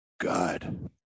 God